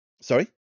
Sorry